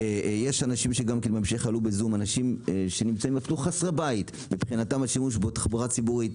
יש אנשים שנותרו חסרי בית ואין להם אלא להשתמש בתחבורה ציבורית.